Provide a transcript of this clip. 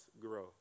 grow